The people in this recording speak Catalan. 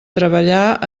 treballar